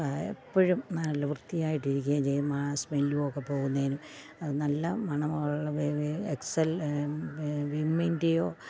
എപ്പോഴും നല്ല വൃത്തിയായിട്ട് ഇരിക്കയും ചെയ്യും ആ സ്മെല്ലും ഒക്കെ പോകുന്നതിനും നല്ല മണമുള്ള എക്സെൽ വിമ്മിൻ്റെയോ